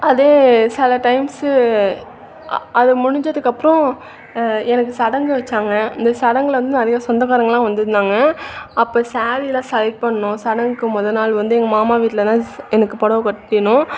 அதே சில டைம்ஸ்ஸு அது முடிஞ்சதுக்கப்புறோம் எனக்கு சடங்கு வச்சாங்க இந்த சடங்கில் வந்து நிறைய சொந்தக்காரங்கலாம் வந்துருந்தாங்க அப்போ சாரீலாம் செலக்ட் பண்ணோம் சடங்குக்கு முத நாள் வந்து எங்கள் மாமா வீட்டில் தான் ஸ் எனக்கு புடவ வைக்கணும்